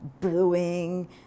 booing